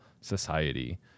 society